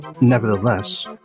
Nevertheless